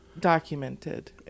Documented